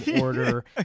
order